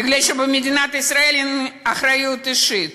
מפני שבמדינת ישראל אין אחריות אישית.